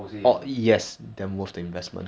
legit but overseas leh